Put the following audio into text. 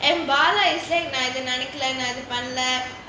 and bala is நான் இதை நினைக்கல நான் இதை பண்ணல:naan itha ninaikala naan itha pannala